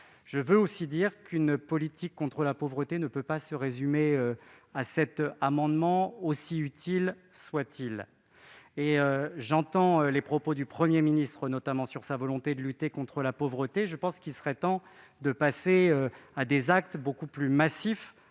Je veux aussi dire qu'une politique contre la pauvreté ne peut pas se résumer à cet amendement, aussi utile soit-il. J'entends les propos du Premier ministre, notamment lorsqu'il affirme vouloir lutter contre la pauvreté. Il serait temps de passer à des actes beaucoup plus massifs